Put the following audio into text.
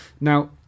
now